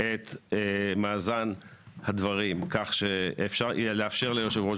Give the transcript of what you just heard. את מאזן הדברים כך שאפשר יהיה לאפשר ליושב ראש